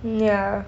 mm ya